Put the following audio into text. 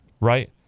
right